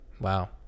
Wow